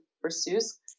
pursues